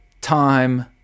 time